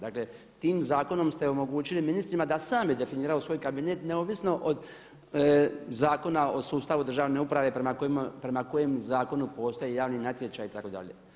Dakle tim zakonom ste omogućili ministrima da sami definiraju svoj kabinet neovisno od Zakona o sustavu državne uprave prema kojem zakonu postoji javni natječaj itd.